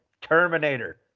Terminator